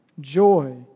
joy